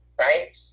Right